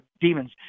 demons